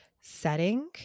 setting